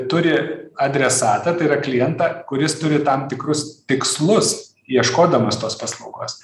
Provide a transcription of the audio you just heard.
turi adresatą tai yra klientą kuris turi tam tikrus tikslus ieškodamas tos paslaugos